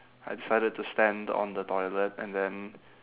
I decided to stand on the toilet and then